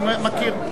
אני מכיר.